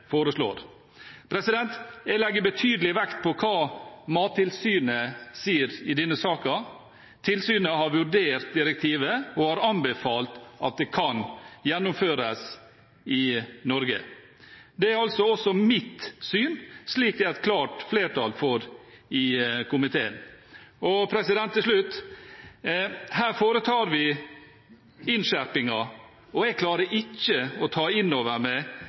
foreslår. Jeg legger betydelig vekt på hva Mattilsynet sier i denne saken. Tilsynet har vurdert direktivet og har anbefalt at det kan gjennomføres i Norge. Det er også mitt syn, slik det er et klart flertall for i komiteen. Her foretar vi innskjerpinger, og jeg klarer ikke å ta